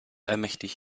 allmächtig